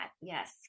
Yes